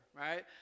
right